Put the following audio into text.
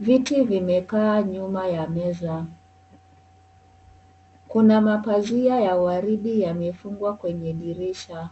Viti vimekaa nyuma ya meza. Kuna mapazia ya waridi yamefungwa kwenye dirisha.